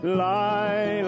lie